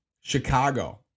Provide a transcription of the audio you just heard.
Chicago